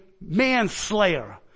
manslayer